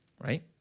right